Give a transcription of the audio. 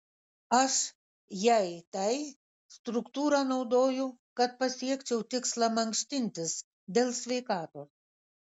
aš jei tai struktūrą naudoju kad pasiekčiau tikslą mankštintis dėl sveikatos